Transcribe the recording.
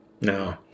No